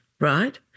right